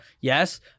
Yes